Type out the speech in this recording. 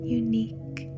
unique